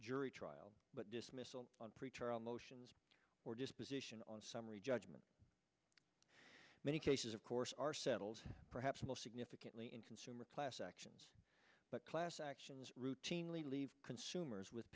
jury trial but dismissal on pretrial motions or disposition on summary judgment many cases of course are settled perhaps most significantly in consumer class actions but class actions routinely leave consumers with